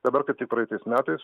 dabar kaip tik praeitais metais